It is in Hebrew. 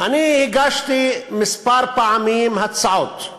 אני הגשתי כמה פעמים הצעות,